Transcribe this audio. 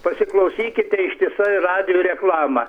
pasiklausykite ištisai radijo reklamą